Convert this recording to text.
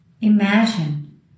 Imagine